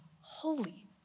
holy